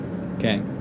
Okay